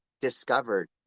discovered